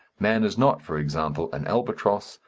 man is not, for example, an albatross,